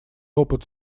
опыт